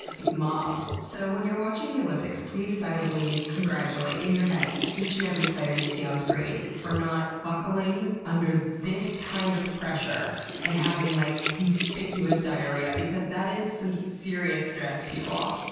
like mobs. so when you're watching the olympics, please silently congratulate in your head each and every player you see on screen for not buckling under this kind of pressure and having like conspicuous diarrhea diarrhea because that is some serious stress people.